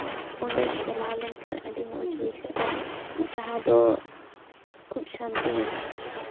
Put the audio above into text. ᱚᱸᱰᱮᱢ ᱪᱟᱞᱟᱣ ᱞᱮᱱᱠᱷᱟᱱ ᱟᱹᱰᱤ ᱢᱚᱡᱽ ᱵᱩᱡᱷᱟᱹᱜᱼᱟ ᱡᱟᱦᱟᱸ ᱫᱚ ᱠᱷᱩᱵ ᱥᱟᱱᱛᱤ ᱧᱟᱢᱚᱜᱼᱟ